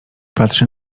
patrzy